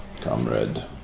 comrade